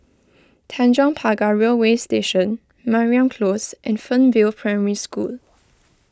Tanjong Pagar Railway Station Mariam Close and Fernvale Primary School